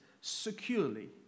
securely